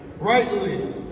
rightly